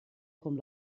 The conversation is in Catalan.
com